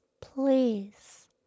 please